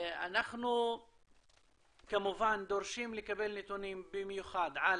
אנחנו כמובן דורשים לקבל נתונים, במיוחד על